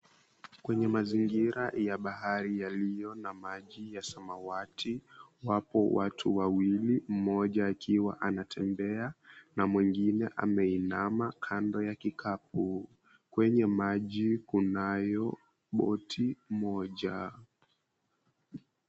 Kwenye mazingira ya bahari yaliyo na maji ya samawati, wapo watu wawili. Mmoja akiwa anatembea na mwingine ameinama kando ya kikapu. Kwenye maji kunayo boti moja.